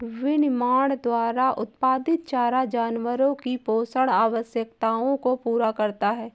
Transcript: विनिर्माण द्वारा उत्पादित चारा जानवरों की पोषण आवश्यकताओं को पूरा करता है